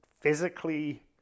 physically